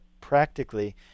practically